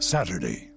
Saturday